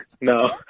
No